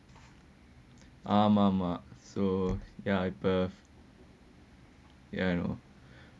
ah mmhmm so ya it's uh ya I know